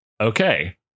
Okay